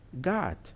God